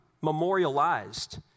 memorialized